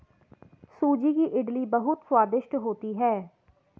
सूजी की इडली बहुत स्वादिष्ट होती है